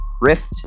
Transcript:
Rift